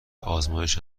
آزمایش